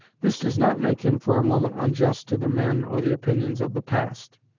this does not make him for a moment unjust to the men or the opinions of the past.